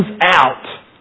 out